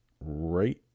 right